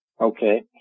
Okay